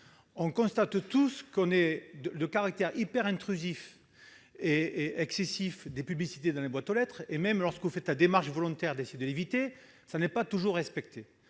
constatons tous le caractère hyper intrusif et excessif des publicités dans les boîtes aux lettres. Même lorsque vous faites la démarche volontaire d'essayer de l'éviter, cela n'est pas toujours respecté.